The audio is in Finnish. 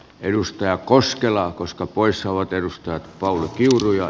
edustaja koskilla koska poissaolot edustajat pallot kimpsuja